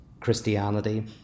Christianity